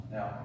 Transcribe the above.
Now